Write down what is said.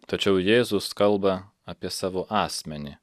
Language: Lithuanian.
tačiau jėzus kalba apie savo asmenį